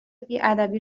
بیادبی